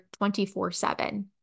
24-7